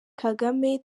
kagame